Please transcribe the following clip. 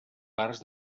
parts